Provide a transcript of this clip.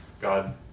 God